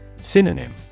Synonym